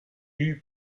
eut